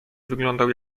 wyglądał